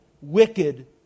wicked